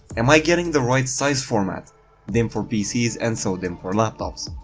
am i getting the right size format dimm for pc's and so-dimm for laptops?